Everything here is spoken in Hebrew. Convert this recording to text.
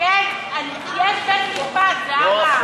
כן, יש בית-משפט, זהבה.